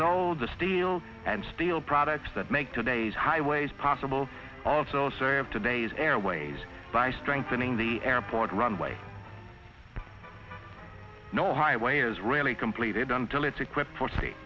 and steel products that make today's highways possible also serve today's airways by strengthening the airport runway no highway is really completed until it's equipped for s